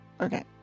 Okay